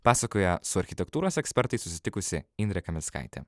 pasakoja su architektūros ekspertais susitikusi indrė kaminskaitė